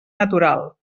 natural